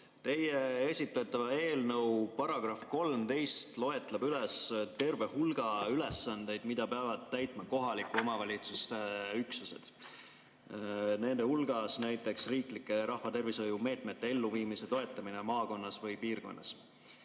Teie esitletava eelnõu § 13 loetleb terve hulga ülesandeid, mida peavad täitma kohaliku omavalitsuse üksused. Nende hulgas on näiteks riiklike rahvatervishoiu meetmete elluviimise toetamine maakonnas või piirkonnas.